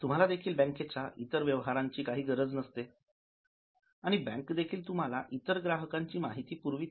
तुम्हाला देखील बँकेच्या इतर व्यवहाराची काहीच गरज नसते आणि बँक देखील तुम्हाला इतर ग्राहकांची माहिती पुरवीत नाही